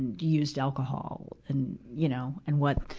used alcohol and, you know, and what,